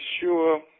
sure